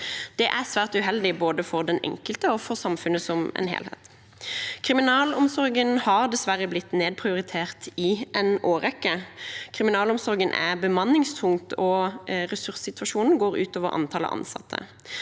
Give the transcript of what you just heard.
Det er svært uheldig, både for den enkelte og for samfunnet som helhet. Kriminalomsorgen har dessverre blitt nedprioritert i en årrekke. Kriminalomsorgen er bemanningstung, og ressurssituasjonen går ut over antallet ansatte.